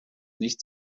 nicht